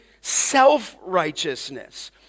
self-righteousness